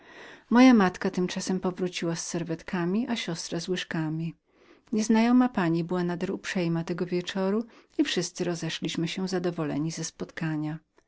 moja matka tymczasem powróciła z serwetami i moja siostra z łyżkami nieznajoma pani była nader uprzedzającą tego wieczoru i wszyscy rozeszli się zadowoleni jedni z